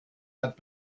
hat